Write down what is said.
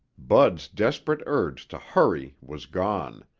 bud's desperate urge to hurry was gone,